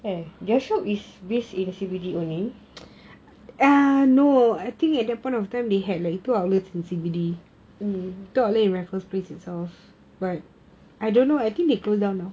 their shop is based in C_B_D only